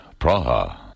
Praha